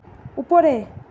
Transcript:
উপরে